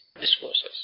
discourses